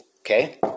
okay